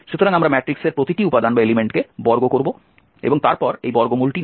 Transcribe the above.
সুতরাং আমরা ম্যাট্রিক্সের প্রতিটি উপাদানকে বর্গ করব এবং তারপর এই বর্গমূলটি নেব